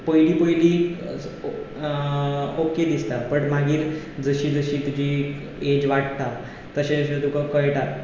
पयलीं पयलीं ओके दिसता बट मागीर जशी जशी तुजी एज वाडटा तशें तशें तुका कळटा